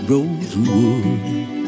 Rosewood